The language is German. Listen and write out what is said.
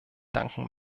danken